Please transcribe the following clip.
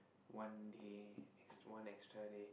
one day one extra day